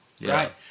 Right